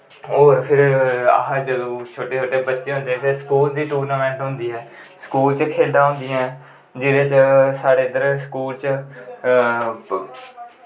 होर फिर अस जदूं छोटे छोटे बच्चे होंदे हे स्कूल दी टूर्नामैंट होंदी ऐ स्कूल च खेढां होंदियां ऐ जिन्ने चिर साढ़े इद्धर स्कूल च